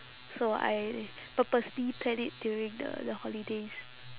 so I purposely planned it during the the holidays